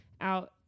out